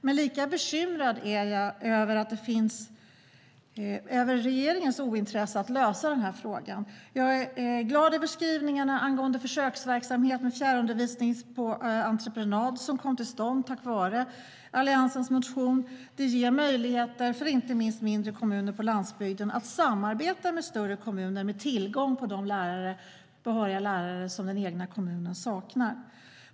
Men i lika hög grad är jag bekymrad över regeringens ointresse för att lösa denna fråga. Jag är glad över de skrivningar angående försöksverksamhet med fjärrundervisning på entreprenad som kommit till stånd tack vare Alliansens motion. Detta ger möjligheter för inte minst mindre kommuner på landsbygden att samarbeta med större kommuner med tillgång till de behöriga lärare som den egna kommunen saknar.